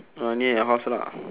orh near your house lah